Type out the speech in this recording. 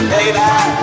Baby